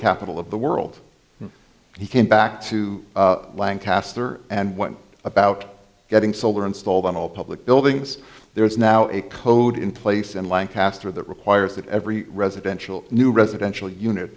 capital of the world he came back to lancaster and went about getting solar installed on all public buildings there is now a code in place in lancaster that requires that every residential new residential unit